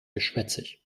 geschwätzig